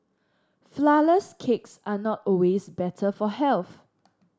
flourless cakes are not always better for health